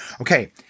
Okay